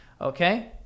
Okay